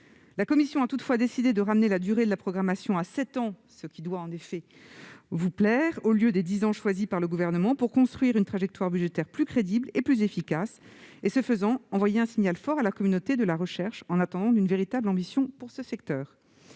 La commission a toutefois décidé de ramener la durée de la programmation à sept ans, au lieu des dix ans retenus par le Gouvernement, pour construire une trajectoire budgétaire plus crédible et plus efficace. Ce faisant, il s'agit d'envoyer un signal fort à la communauté de la recherche, en attendant une véritable ambition pour ce secteur.